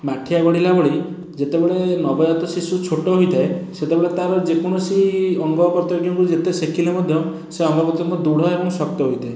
ମାଠିଆ ଗଢ଼ିଲା ଭଳି ଯେତେବେଳେ ନବଜାତ ଶିଶୁ ଛୋଟ ହୋଇଥାଏ ସେତେବେଳେ ତା'ର ଯେକୌଣସି ଅଙ୍ଗ ପ୍ରତ୍ୟଙ୍ଗକୁ ଯେତେ ସେକିଲେ ମଧ୍ୟ ସେ ଅଙ୍ଗ ପ୍ରତ୍ୟଙ୍ଗ ଦୃଢ଼ ଏବଂ ଶକ୍ତ ହୋଇଥାଏ